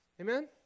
Amen